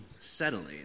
settling